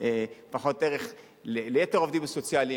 פחות ערך ליתר העובדים הסוציאליים,